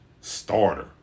starter